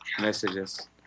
messages